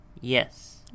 Yes